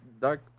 Dark